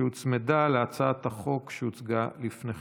שהוצמדה להצעת החוק שהוצגה לפני כן.